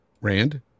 Rand